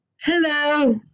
hello